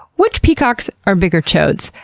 which peacocks are bigger choads?